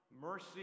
mercy